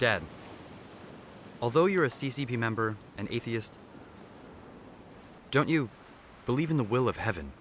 dead although you're a c c p member and atheist don't you believe in the will of heaven